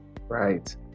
Right